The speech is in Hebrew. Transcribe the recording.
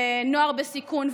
ונוער בסיכון,